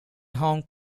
hong